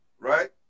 right